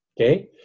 Okay